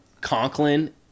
Conklin